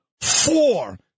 four